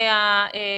מלבד